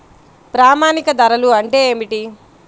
ప్రామాణిక ధరలు అంటే ఏమిటీ?